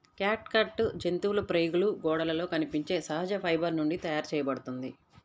catgut జంతువుల ప్రేగుల గోడలలో కనిపించే సహజ ఫైబర్ నుండి తయారు చేయబడుతుంది